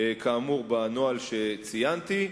כאמור בנוהל שציינתי,